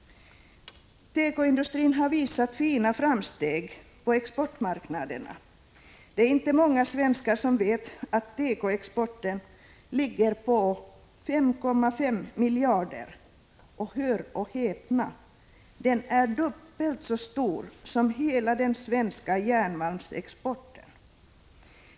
Tekoindustrin har visat fina framsteg på exportmarknaderna. Det är inte många svenskar som vet att tekoexporten nu ligger på 5,5 miljarder, och — hör och häpna — den är dubbelt så stor som hela den svenska järnmalmsexporten.